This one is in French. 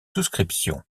souscription